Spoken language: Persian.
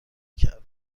کردم